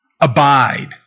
Abide